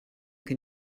can